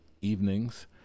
evenings